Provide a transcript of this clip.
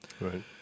Right